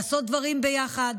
לעשות דברים ביחד,